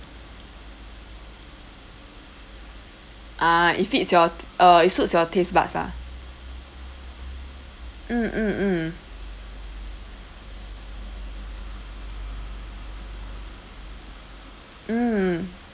uh if fits your t~ uh it suits your taste buds lah mm mm mm mm